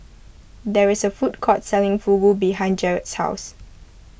there is a food court selling Fugu behind Jarrod's house